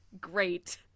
great